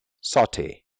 Saute